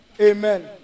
Amen